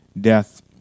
Death